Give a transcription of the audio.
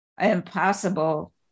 impossible